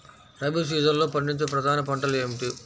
రబీ సీజన్లో పండించే ప్రధాన పంటలు ఏమిటీ?